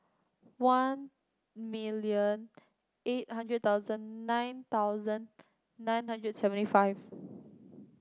one million eight hundred thousand nine thousand nine hundred seventy five